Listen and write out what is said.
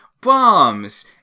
bombs